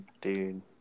dude